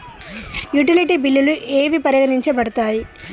Utility బిల్లులు ఏవి పరిగణించబడతాయి?